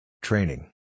Training